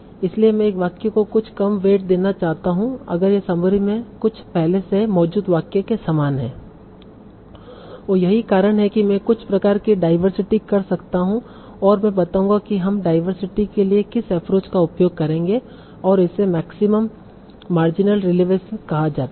इसलिए मैं एक वाक्य को कुछ कम वेट देना चाहता हूं अगर यह समरी में कुछ पहले से मौजूद वाक्य के समान है और यही कारण है कि मैं कुछ प्रकार की डाइवर्सिटी कर सकता हूं और मैं बताऊंगा कि हम डाइवर्सिटी के लिए किस एप्रोच का उपयोग करेंगे और इसे मैक्सिमम मार्जिनल रेलेवंस कहा जाता है